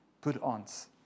put-ons